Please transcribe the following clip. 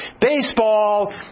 baseball